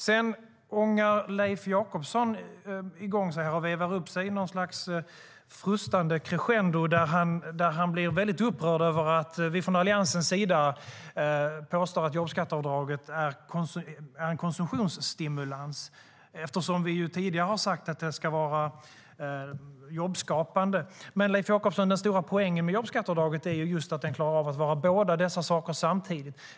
Sedan ångar Leif Jakobsson i gång och vevar upp sig i något slags frustande crescendo där han blir upprörd över att vi från Alliansens sida påstår att jobbskatteavdraget är en konsumtionsstimulans, för vi har ju tidigare sagt att det ska vara jobbskapande. Men den stora poängen med jobbskatteavdraget, Leif Jakobsson, är ju just att det klarar av att vara båda dessa saker samtidigt.